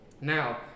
Now